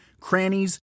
crannies